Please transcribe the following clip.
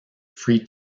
free